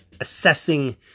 assessing